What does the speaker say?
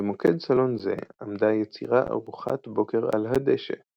במוקד סלון זה עמדה היצירה ארוחת בקר על הדשא –